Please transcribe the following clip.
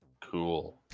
Cool